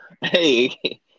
Hey